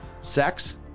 Sex